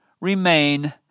remain